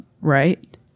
right